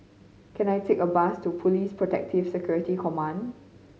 can I take a bus to Police Protective Security Command